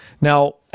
Now